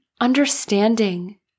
understanding